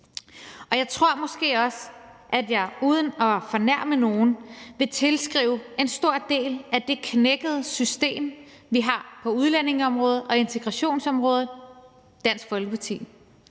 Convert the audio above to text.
Jeg tror måske også, at jeg uden at fornærme nogen vil tilskrive en stor del af det knækkede system, vi har på udlændingeområdet og integrationsområdet, Dansk Folkeparti